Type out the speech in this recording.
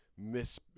miss